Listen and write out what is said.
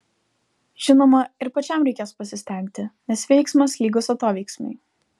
žinoma ir pačiam reikės pasistengti nes veiksmas lygus atoveiksmiui